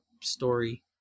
story